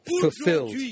Fulfilled